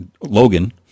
Logan